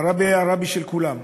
הרבי היה הרבי של כולם.